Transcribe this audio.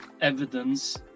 evidence